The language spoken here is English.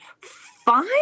fine